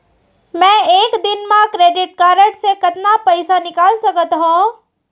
मैं एक दिन म क्रेडिट कारड से कतना पइसा निकाल सकत हो?